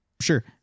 Sure